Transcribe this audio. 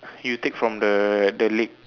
you take from the the lake